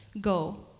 go